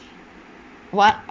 what